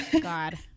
God